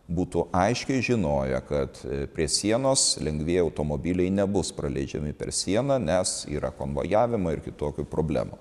būtų aiškiai žinoję kad prie sienos lengvieji automobiliai nebus praleidžiami per sieną nes yra konvojavimo ir kitokių problemų